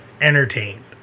entertained